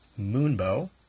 Moonbow